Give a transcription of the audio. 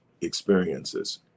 experiences